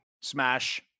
Smash